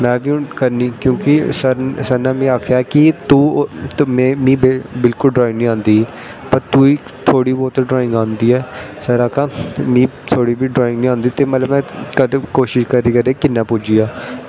में बी करनी सर नैं आक्खेआ कि तूं मिगी ते बिल्कुल ड्राईंग नी आंदी पर तुगी थोह्ड़ी बौह्ती ड्राईंग आंदी ऐ सर नै आक्खेआ कि मिगी ड्राईंग नी आंदी कोशिश करा कर किन्ना पुज्जगा